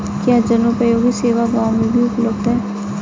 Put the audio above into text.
क्या जनोपयोगी सेवा गाँव में भी उपलब्ध है?